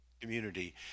Community